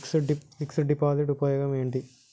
Fix డ్ deposit ఉపయోగం ఏంటి?